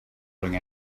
bring